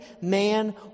man